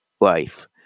life